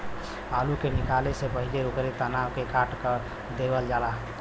आलू के निकाले से पहिले ओकरे तना क कटाई कर देवल जाला